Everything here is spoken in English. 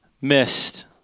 missed